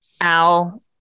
al